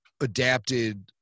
adapted